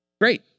Great